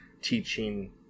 teaching